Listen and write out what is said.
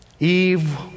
Eve